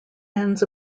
ends